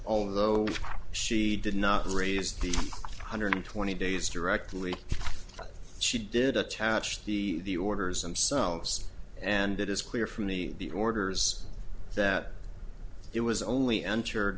although she did not raise the hundred twenty days directly she did attach the the orders them selves and it is clear from the orders that it was only entered